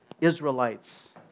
Israelites